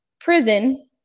Prison